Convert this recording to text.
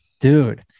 Dude